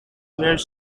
were